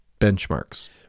benchmarks